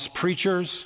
preachers